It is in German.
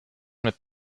mit